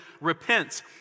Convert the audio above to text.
Repent